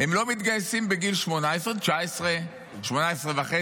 לא מתגייסים בגיל 18, 19, 18.5,